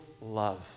love